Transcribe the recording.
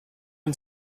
and